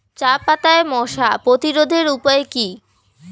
চাপাতায় মশা প্রতিরোধের উপায় কি?